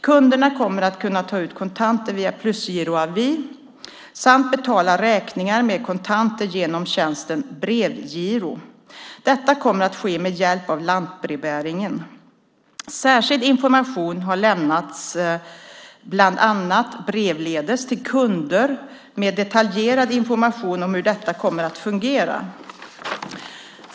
Kunderna kommer att kunna ta ut kontanter via plusgiroavi samt betala räkningar med kontanter genom tjänsten "brevgiro". Detta kommer att ske med hjälp av lantbrevbäringen. Särskild information har lämnats bland annat brevledes till kunder med detaljerad information om hur detta kommer att fungera.